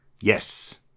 Yes